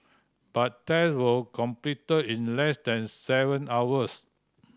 but tests were completed in less than seven hours